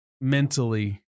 mentally